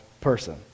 person